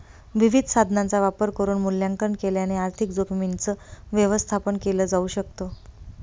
विविध साधनांचा वापर करून मूल्यांकन केल्याने आर्थिक जोखीमींच व्यवस्थापन केल जाऊ शकत